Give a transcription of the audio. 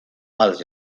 als